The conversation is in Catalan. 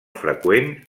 freqüent